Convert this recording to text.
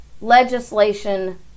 legislation